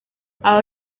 aba